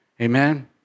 Amen